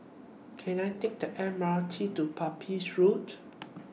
Can I Take The M R T to Pepys Road